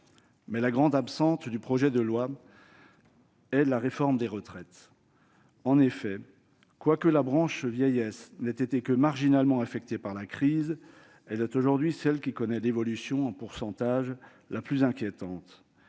La grande absente du projet de loi reste la réforme des retraites. En effet, quoique la branche vieillesse n'ait été que marginalement affectée par la crise, elle est aujourd'hui celle qui connaît l'évolution, en pourcentage, la plus inquiétante.